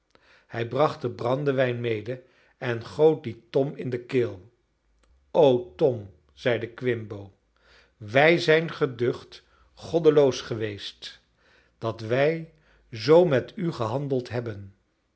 hij bracht den brandewijn mede en goot dien tom in de keel o tom zeide quimbo wij zijn geducht goddeloos geweest dat wij zoo met u gehandeld hebben